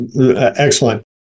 excellent